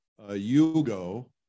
Yugo